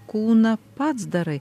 kūną pats darai